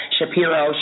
Shapiro